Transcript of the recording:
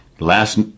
Last